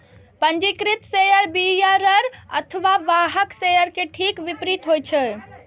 पंजीकृत share bearer अथवा वाहक शेयर के ठीक विपरीत होइ छै